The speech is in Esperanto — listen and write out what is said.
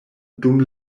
dum